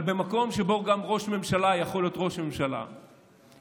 אבל במקום שבו גם ראש ממשלה יכול להיות ראש ממשלה עם